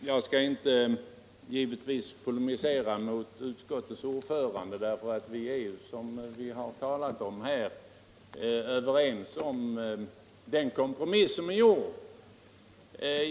Herr talman! Jag skall givetvis inte polemisera med utskottets ordförande, därför att vi är, som vi har talat om här, överens om den kompromiss som är gjord.